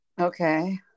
Okay